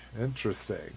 Interesting